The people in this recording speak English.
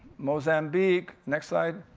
mozambique, next slide.